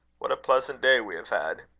what a pleasant day we have had!